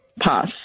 Pass